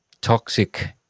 Toxic